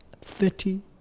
thirty